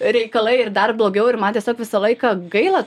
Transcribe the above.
reikalai ir dar blogiau ir man tiesiog visą laiką gaila